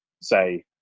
say